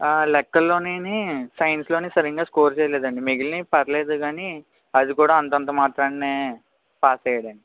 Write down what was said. లెక్కల్లోనీని సైన్స్లోని సరిగ్గా స్కోర్ చేయలేదండి మిగిలినవి పర్లేదు కానీ అది కూడా అంతంత మాత్రాన్నే పాస్ అయ్యాడండి